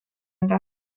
anda